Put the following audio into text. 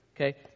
Okay